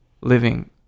living